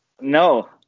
No